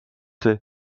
see